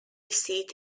seat